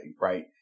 right